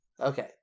Okay